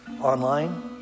online